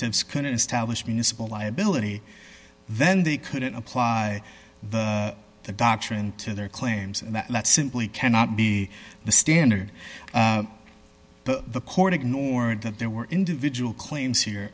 fs couldn't establish municipal liability then they couldn't apply the doctrine to their claims and that simply cannot be the standard but the court ignored that there were individual claims here